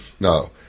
No